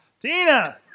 Tina